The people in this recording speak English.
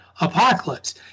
apocalypse